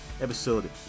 episode